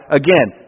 again